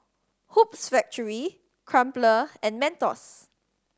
Hoops Factory Crumpler and Mentos